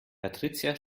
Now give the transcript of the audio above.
patricia